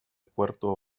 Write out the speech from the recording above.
puerto